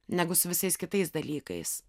negu su visais kitais dalykais